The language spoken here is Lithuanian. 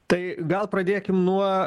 tai gal pradėkim nuo